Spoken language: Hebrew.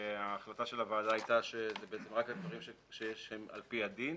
ההחלטה של הוועדה הייתה שזה רק על דברים שהם על פי הדין.